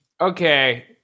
okay